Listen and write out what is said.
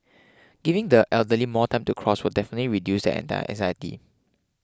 giving the elderly more time to cross will definitely reduce anti anxiety